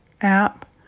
app